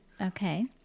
Okay